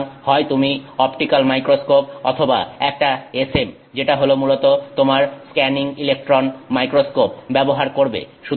সুতরাং হয় তুমি অপটিক্যাল মাইক্রোস্কোপ অথবা একটা SM যেটা হলো মূলত তোমার স্ক্যানিং ইলেকট্রন মাইক্রোস্কোপ ব্যবহার করবে